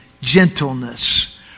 gentleness